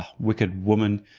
wicked woman!